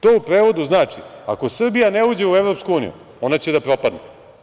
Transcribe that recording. To u prevodu znači da ako Srbija ne uđe u EU, ona će da propadne.